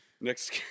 Next